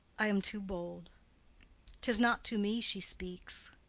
i am too bold tis not to me she speaks.